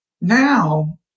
now